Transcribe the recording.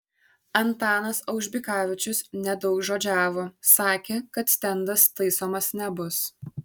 antanas aužbikavičius nedaugžodžiavo sakė kad stendas taisomas nebus